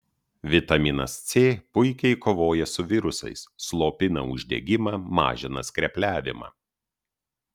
vitaminas c puikiai kovoja su virusais slopina uždegimą mažina skrepliavimą